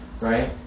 Right